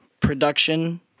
production